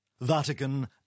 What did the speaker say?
Vatican